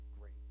great